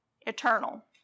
eternal